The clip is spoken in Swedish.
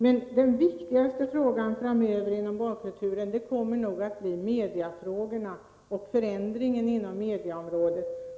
Men de viktigaste frågorna framöver när det gäller barnkulturen kommer nog att bli mediefrågorna och förändringen inom medieområdet.